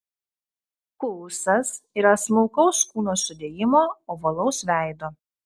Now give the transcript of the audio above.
kuusas yra smulkaus kūno sudėjimo ovalaus veido